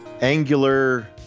angular